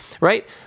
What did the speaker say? right